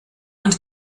und